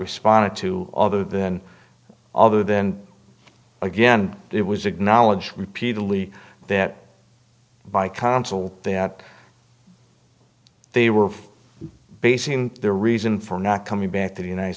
responded to other then other then again it was acknowledge repeatedly that by counsel that they were basing their reason for not coming back to the united